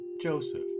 joseph